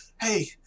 Hey